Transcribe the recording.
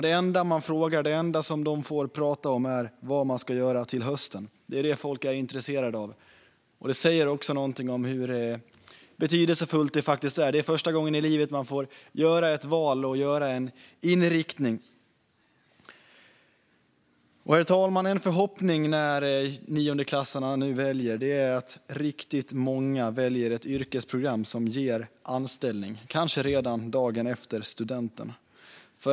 Det enda man frågar och det enda de får prata om är vad de ska göra till hösten. Det är vad folk är intresserade av. Det säger något om hur betydelsefullt det här är. Det är första gången i livet man får göra ett val och bestämma sig för en inriktning. Herr talman! En förhoppning när niondeklassarna nu gör sina val är att riktigt många väljer ett yrkesprogram som ger anställning, kanske redan dagen efter studenten.